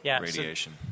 radiation